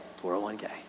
401k